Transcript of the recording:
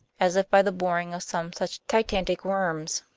as if by the boring of some such titanic worms.